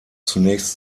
zunächst